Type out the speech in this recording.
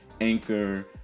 anchor